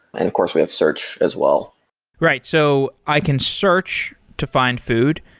of course, we have search as well right. so i can search to find food.